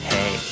Hey